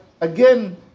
again